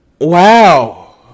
Wow